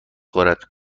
خورد